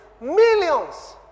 millions